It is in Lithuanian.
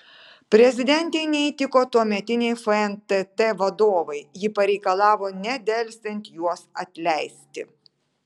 prezidentei neįtiko tuometiniai fntt vadovai ji pareikalavo nedelsiant juos atleisti